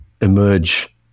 emerge